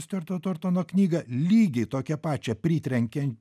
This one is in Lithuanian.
stiuarto tuartono knygą lygiai tokią pačią pritrenkian